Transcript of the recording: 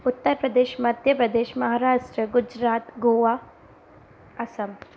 Uttar Pradesh Madhya Pradesh Maharashtra Gujarat Goa Assam